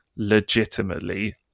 legitimately